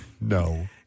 No